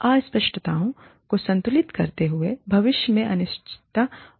अस्पष्टताओं को संतुलित करते हुए भविष्य में अनिश्चितता